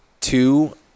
two